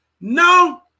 no